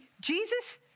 Jesus